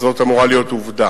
אז זאת אמורה להיות עובדה,